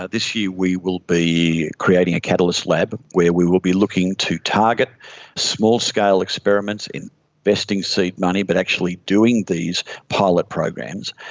ah this year we will be creating a catalyst lab where we will be looking to target small-scale experiments, investing seed money but actually doing these pilot programs.